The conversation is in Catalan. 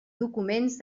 documents